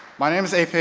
my name is efe